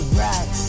right